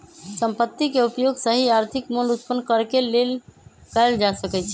संपत्ति के उपयोग सही आर्थिक मोल उत्पन्न करेके लेल कएल जा सकइ छइ